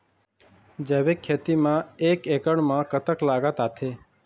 जैविक खेती म एक एकड़ म कतक लागत आथे?